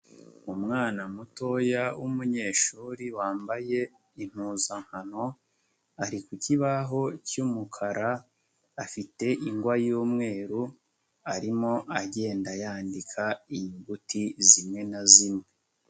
Umwana mutoya w'umunyeshuri wambaye impuzankano, ari ku kibaho cy'umukara, afite ingwa y'umweru, arimo agenda yandika inyuguti zimwe na zimwe.